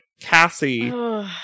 Cassie